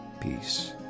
Peace